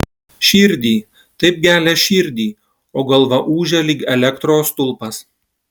širdį taip gelia širdį o galva ūžia lyg elektros stulpas